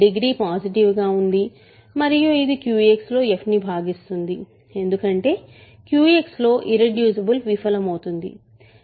degree positive గా ఉంది మరియు ఇది QX లో f ను భాగిస్తుంది ఎందుకంటే QX లో ఇర్రెడ్యూసిబుల్ విఫలమవుతోంది